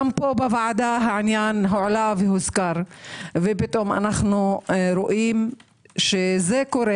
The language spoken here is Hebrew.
גם פה בוועדה העניין הועלה והוזכר ופתאום אנו רואים שזה קורה.